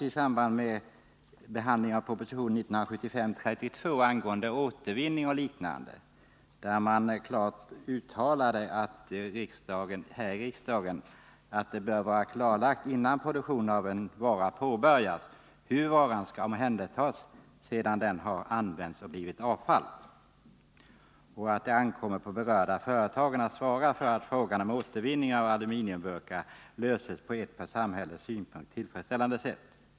i samband med behandlingen av proposition 1975:32 angående återvinning och liknande, då man klart uttalade att det bör vara klarlagt innan produktionen av en vara påbörjas hur den skall omhändertas sedan den har använts och blivit avfall och att det ankommer på berörda företag att svara för att frågan om återvinning av aluminiumburkar löses på ett ur samhällets synpunkt tillfredsställande sätt.